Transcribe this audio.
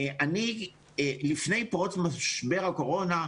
שלפני פרוץ משבר הקורונה,